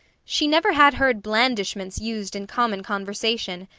she never had heard blandishments used in common conversation.